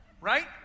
right